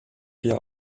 vier